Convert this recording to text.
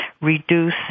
reduce